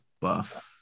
buff